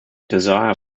desire